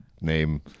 name